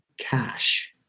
cash